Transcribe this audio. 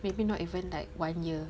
maybe not even like one year